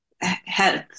health